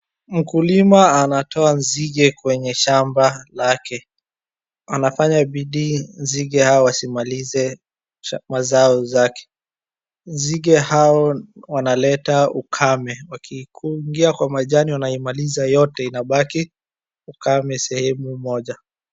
Mkulima anatoa nzige kwenye shamba lake, anafanya bidii nzige hawa wasimalize mazao zake. Nzige hao wanaleta ukame wakiingia kwa majani wanaimaliza yote inabaki ukame sehemu moja.